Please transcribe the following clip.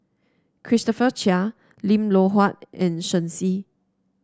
Christopher Chia Lim Loh Huat and Shen Xi